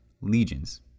legions